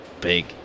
big